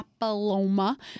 Papilloma